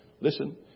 listen